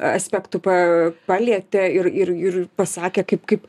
aspektų pa palietė ir ir pasakė kaip kaip